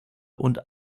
und